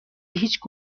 هیچ